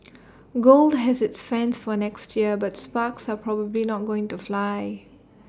gold has its fans for next year but sparks are probably not going to fly